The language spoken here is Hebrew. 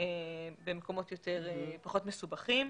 ובמקומות פחות מסובכים.